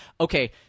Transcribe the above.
okay